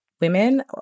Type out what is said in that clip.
women